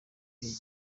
iyi